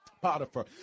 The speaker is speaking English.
Potiphar